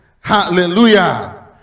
hallelujah